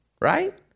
right